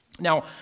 Now